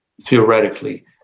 theoretically